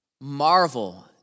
marvel